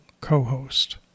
co-host